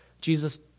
Jesus